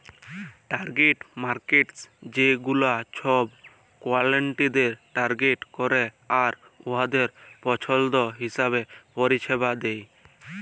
target markets ছেগুলা ছব ক্লায়েন্টদের টার্গেট ক্যরে আর উয়াদের পছল্দ হিঁছাবে পরিছেবা দেয়